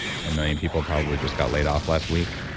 ten million people probably just got laid off last week,